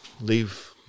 leave